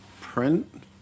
print